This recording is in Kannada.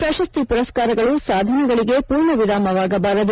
ಪ್ರಶಸ್ತಿ ಪುರಸ್ಕಾರಗಳು ಸಾಧನೆಗಳಿಗೆ ಪೂರ್ಣವಿರಾಮವಾಗಬಾರದು